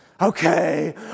okay